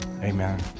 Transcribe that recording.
amen